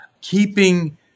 keeping